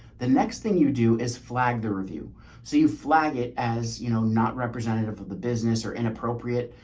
the next thing you do is flag the review so you flag it as you know, not representative of the business or inappropriate,